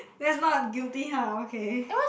that's not guilty !huh! okay